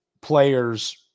players –